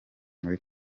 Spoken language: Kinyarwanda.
muri